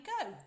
go